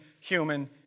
human